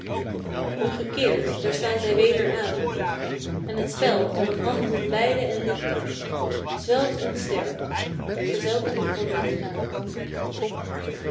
ge keert daar slaan zij weder aan en het spel van handen beide en lippen zwelt en sterft verzelt u onder t gaan